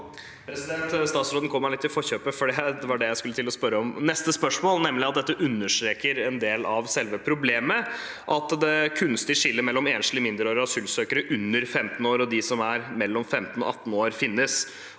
Statsråden kom meg litt i forkjøpet, for det var det jeg skulle spørre om i neste spørsmål. Dette understreker nemlig en del av selve problemet, at det kunstige skillet mellom enslige mindreårige asylsøkere under 15 år og de mellom 15 og 18 år finnes.